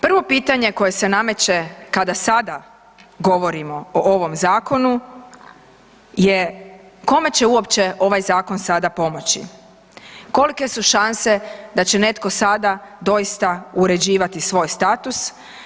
Prvo pitanje koje se nameće kada sada govorimo o ovom zakonu je kome će uopće ovaj zakon sada pomoći, kolike su šanse da će netko sada doista uređivati svoj status.